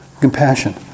compassion